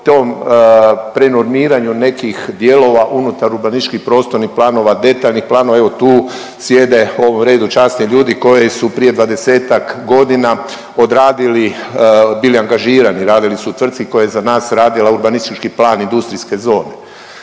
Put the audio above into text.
o tom prenormiranju nekih dijelova unutar urbanističkih prostornih planova, detaljnih planova evo tu sjede u ovom redu časni ljudi koji su prije 20-ak godina odradili, bili angažirani, radili su tvrtci koja je za nas radila urbanistički plan industrijske zone.